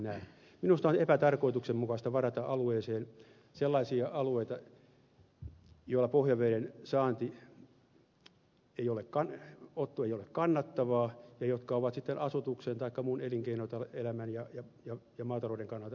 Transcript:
minusta on epätarkoituksenmukaista varata pohjavedenottoon sellaisia alueita joilla se ei ole kannattavaa ja jotka ovat sitten asutuksen taikka muun elinkeinoelämän ja maatalouden kannalta merkittäviä